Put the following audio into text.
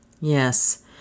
Yes